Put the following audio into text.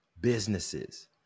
businesses